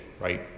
right